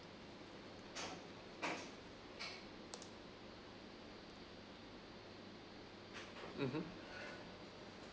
mmhmm